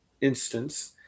instance